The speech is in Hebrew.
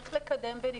צריך לקדם בנפרד.